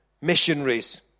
missionaries